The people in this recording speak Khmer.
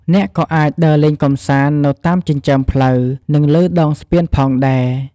អ្នកក៏អាច ដើរលេងកម្សាន្ត នៅតាមចិញ្ចើមផ្លូវនិងលើដងស្ពានផងដែរ។